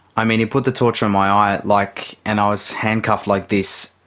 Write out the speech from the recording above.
i mean he put the torch on my eye, like, and i was handcuffed like this,